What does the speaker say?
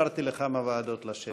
אפשרתי לכמה ועדות לשבת.